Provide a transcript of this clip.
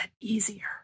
easier